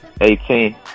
Eighteen